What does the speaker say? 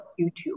YouTube